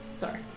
Sorry